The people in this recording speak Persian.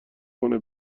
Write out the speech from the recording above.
کنه